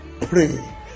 pray